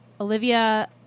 Olivia